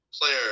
player